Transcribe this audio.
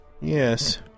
yes